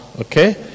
Okay